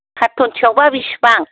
कार्टनसेयावब्ला बिसिबां